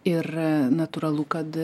ir natūralu kad